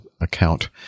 account